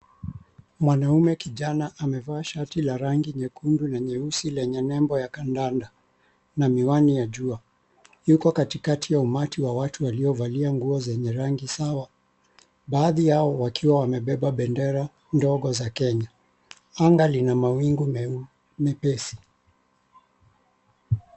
Mwanaume kijana amevaa shati la rangi nyekundu na nyeusi lenye nembo ya kandanda na miwani ya jua. Yuko katikati ya umati wa watu waliovalia nguo zenye rangi sawa, baadhi yao wakiwa wamebeba bendera ndogo za Kenya. Anga lina mawingu mepesi.